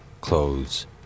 clothes